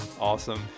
awesome